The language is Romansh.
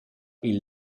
i’l